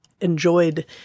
enjoyed